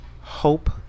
Hope